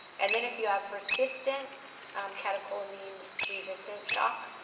and then, if you have persistent catecholamine-resistant shock,